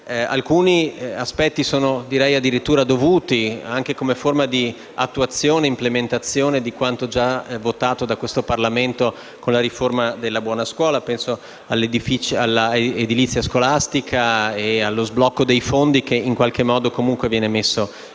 Alcuni aspetti sono addirittura dovuti, anche come forma di attuazione e implementazione di quanto già approvato da questo Parlamento con la riforma sulla buona scuola. Penso all'edilizia scolastica e allo sblocco dei fondi, che vengono messi in circolo